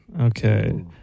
Okay